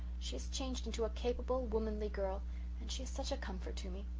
she has changed into a capable, womanly girl and she is such a comfort to me.